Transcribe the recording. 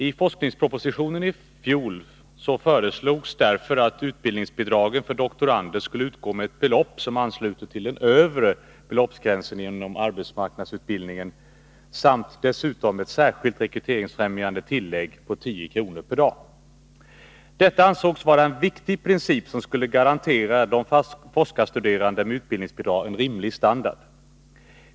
I forskningspropositionen i fjol föreslogs därför att utbildningsbidragen för doktorander skulle utgå med ett belopp som ansluter till den övre beloppsgränsen inom arbetsmarknadsutbildningen samt dessutom ett särskilt rekryteringsfrämjande tillägg på 10 kr. per dag. Detta ansågs vara en viktig princip, som skulle garantera de forskarstuderande med utbildningsbidrag en rimlig standard.